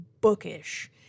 bookish